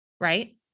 right